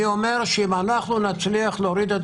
אם אנחנו נצליח להוריד את